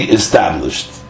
established